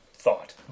Thought